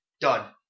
done